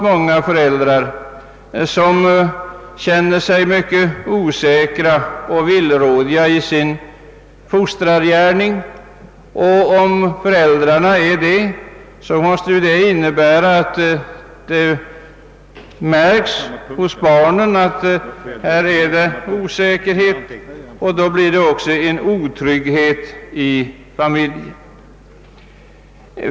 Många föräldrar känner sig osäkra och villrådiga i sin fostrargärning, och barnen märker denna osäkerhet och känner otrygghet.